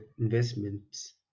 investments